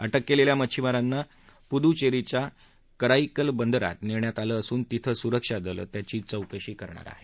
अटक केलेल्या मच्छिमारांना पुदुचेरीच्या कराईकल बंदरात नेण्यात आलं असून तिथं सुरक्षा दलं त्यांची चौकशी करणार आहेत